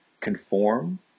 conform